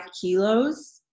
kilos –